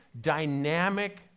dynamic